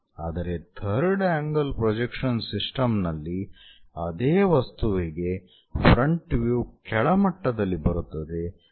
ಆದರೆ third angle projection system ನಲ್ಲಿ ಅದೇ ವಸ್ತುವಿಗೆ ಫ್ರಂಟ್ ವ್ಯೂ ಕೆಳಮಟ್ಟದಲ್ಲಿ ಬರುತ್ತದೆ